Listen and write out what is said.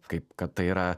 kaip kad tai yra